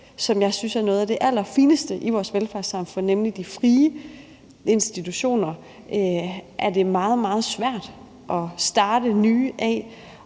synes er noget af det allerfineste i vores velfærdssamfund, nemlig de frie institutioner, er det meget, meget svært at starte nye af.